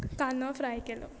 कानो फ्राय केलो